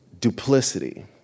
Duplicity